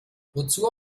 wozu